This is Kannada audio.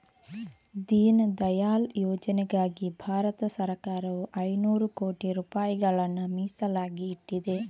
ದೀನ್ ದಯಾಳ್ ಯೋಜನೆಗಾಗಿ ಭಾರತ ಸರಕಾರವು ಐನೂರು ಕೋಟಿ ರೂಪಾಯಿಗಳನ್ನ ಮೀಸಲಾಗಿ ಇಟ್ಟಿದೆ